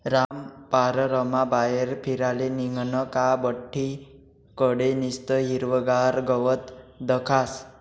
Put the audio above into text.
रामपाररमा बाहेर फिराले निंघनं का बठ्ठी कडे निस्तं हिरवंगार गवत दखास